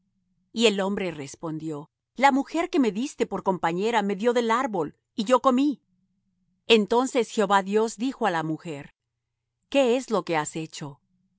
y el hombre respondió la mujer que me diste por compañera me dió del árbol y yo comí entonces jehová dios dijo á la mujer qué es lo que has hecho